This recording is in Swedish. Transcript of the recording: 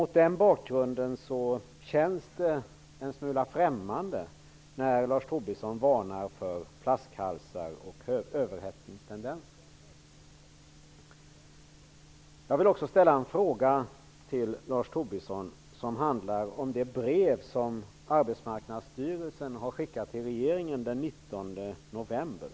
Mot den bakgrunden känns det en smula främmande när Lars Tobisson varnar för flaskhalsar och överhettningstendenser. Jag vill också ställa en fråga till Lars Tobisson som handlar om det brev som Arbetsmarknadsstyrelsen skickade till regeringen den 19 november.